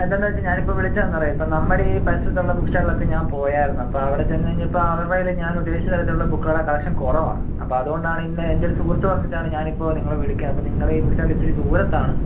എന്താണെന്നു വച്ചാൽ ഞാനിപ്പോൾ വിളിച്ചതെന്താണെന്നറിയുമോ ഇപ്പം നമ്മുടെ ഈ പരിസരത്തുള്ള ബുക്ക്സ്റ്റാളിലൊക്കെ ഞാൻ പോയിരുന്നു അപ്പോൾ അവിടെച്ചെന്നു കഴിഞ്ഞപ്പോൾ അവരുടെ കയ്യിൽ ഞാനുദ്ദേശിച്ച തരത്തിലുള്ള ബുക്കുകളുടെ കളക്ഷൻ കുറവാണ് അപ്പോൾ അതുകൊണ്ടാണ് ഇന്ന് എൻ്റെയൊരു സുഹൃത്ത് പറഞ്ഞിട്ടാണ് ഞാനിപ്പോൾ നിങ്ങളെ വിളിക്കുന്നത് അപ്പോൾ നിങ്ങളുടെ ഈ ബുക്ക്സ്റ്റാൾ ഇത്തിരി ദൂരത്താണ്